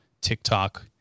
TikTok